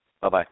Bye-bye